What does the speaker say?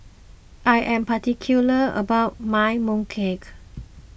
I am particular about my Mooncake